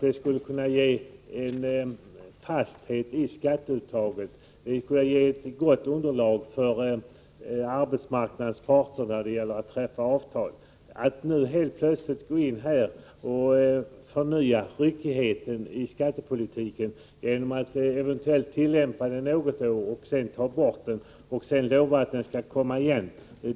Det skulle kunna ge en fasthet i skatteuttaget och ett gott underlag för arbetsmarknadens parter när det gällde att träffa avtal. Men nu går man helt plötsligt in och förnyar ryckigheten i skattepolitiken genom att eventuellt tillämpa en princip något år, sedan ta bort den, och så lova att den skall komma igen.